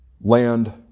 land